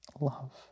love